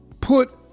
put